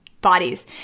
Bodies